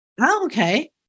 okay